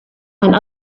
and